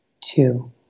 two